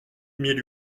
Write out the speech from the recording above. mille